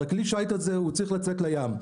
כלי השיט הזה צריך לצאת לים.